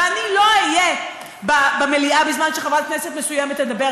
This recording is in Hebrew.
ואני לא אהיה במליאה בזמן שחברת כנסת מסוימת תדבר,